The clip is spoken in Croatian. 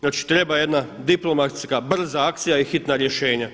Znači treba jedna diplomatsk brza akcija i hitna rješenja.